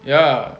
ya